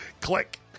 Click